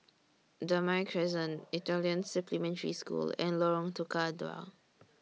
Damai Crescent Italian Supplementary School and Lorong Tukang Dua